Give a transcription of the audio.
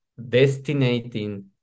destinating